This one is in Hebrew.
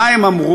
מה הם אמרו,